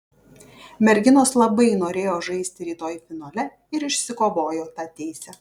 merginos labai norėjo žaisti rytoj finale ir išsikovojo tą teisę